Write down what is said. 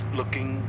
looking